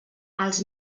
els